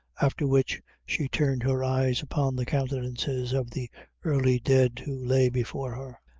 after which she turned her eyes upon the countenances of the early dead who lay before her,